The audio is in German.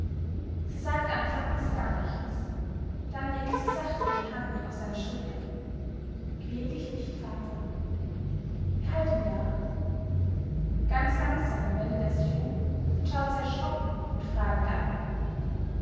sie sagt anfangs gar nichts dann legt sie sachte die hand auf seine schulter quäl dich nicht vater behalt ihn da ganz langsam wendet er sich um und schaut sie erschrocken und fragend an